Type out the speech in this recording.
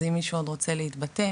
אז אם מישהו עוד רוצה להתבטא,